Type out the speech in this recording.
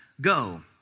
go